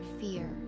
fear